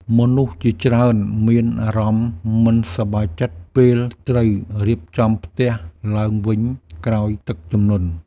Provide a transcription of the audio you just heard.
មនុស្សជាច្រើនមានអារម្មណ៍មិនសប្បាយចិត្ត ពេលត្រូវរៀបចំផ្ទះឡើងវិញក្រោយទឹកជំនន់។